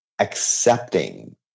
accepting